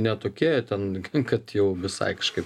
ne tokie jie ten kad jau visai kažkaip